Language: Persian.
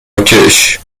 مراکش